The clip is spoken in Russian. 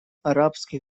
арабских